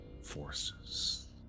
forces